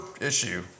issue